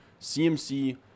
CMC